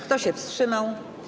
Kto się wstrzymał?